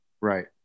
right